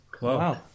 Wow